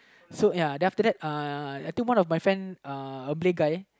so ya then after that uh I think one of my friend uh a guy